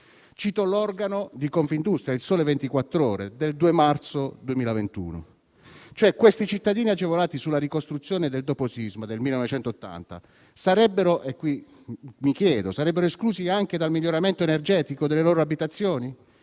Cito l'organo di Confindustria, «Il Sole 24 Ore», del 2 marzo 2021: questi cittadini agevolati sulla ricostruzione del dopo-sisma del 1980 sarebbero esclusi anche dal miglioramento energetico delle loro abitazioni,